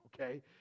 okay